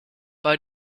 bei